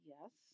Yes